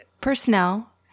Personnel